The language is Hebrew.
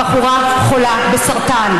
הבחורה חולה בסרטן,